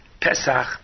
Pesach